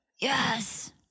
Yes